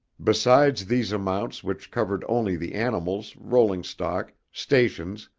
besides these amounts which covered only the animals, rolling stock, stations,